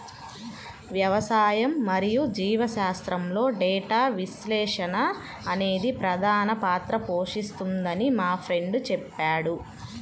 వ్యవసాయం మరియు జీవశాస్త్రంలో డేటా విశ్లేషణ అనేది ప్రధాన పాత్ర పోషిస్తుందని మా ఫ్రెండు చెప్పాడు